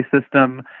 system